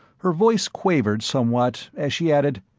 her voice quavered somewhat as she added,